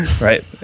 right